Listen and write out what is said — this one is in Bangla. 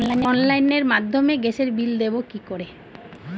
অনলাইনের মাধ্যমে গ্যাসের বিল দেবো কি করে?